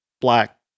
black